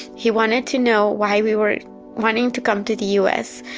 he wanted to know why we were wanting to come to the u s.